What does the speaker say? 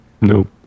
Nope